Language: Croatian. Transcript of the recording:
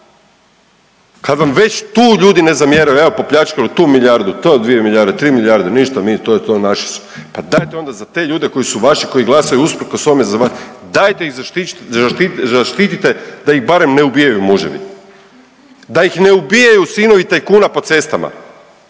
kad vam već tu ljudi ne zamjeraju, evo popljačkao tu milijardu, to dvije milijarde, tri milijarde, ništa mi, to je to, naši su, pa dajte onda za te ljude koji su vaši koji glasaju usprkos tome dajte ih zaštitite da ih barem ne ubijaju muževi, da ih ne ubijaju sinovi tajkuna po cestama,